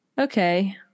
Okay